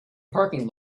parking